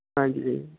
ਹਾਂਜੀ